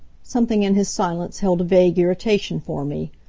something in his silence held a vague irritation for me.